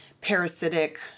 parasitic